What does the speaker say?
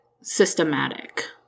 systematic